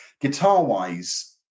Guitar-wise